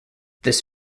this